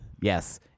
yes